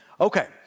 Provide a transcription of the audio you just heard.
Okay